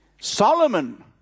Solomon